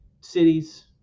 cities